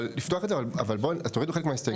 אבל תורידו חלק מההסתייגויות.